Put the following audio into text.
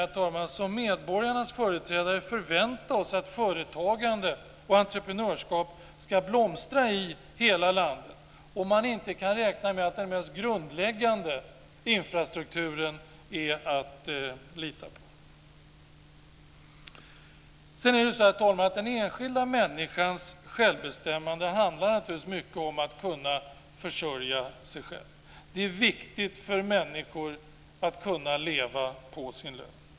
Vi kan inte som medborgarnas företrädare förvänta oss att företagande och entreprenörskap ska blomstra i hela landet om man inte kan räkna med att den mest grundläggande infrastrukturen är att lita på. Den enskilda människans självbestämmande handlar naturligtvis mycket om att kunna försörja sig själv. Det är viktigt för människor att kunna leva på sin lön.